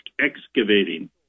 Excavating